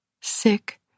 sick